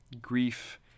grief